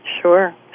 Sure